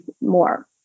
more